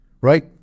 right